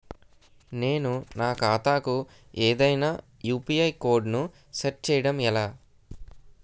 నేను నా ఖాతా కు ఏదైనా యు.పి.ఐ కోడ్ ను సెట్ చేయడం ఎలా?